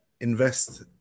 invest